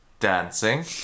Dancing